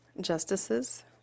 Justices